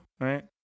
Right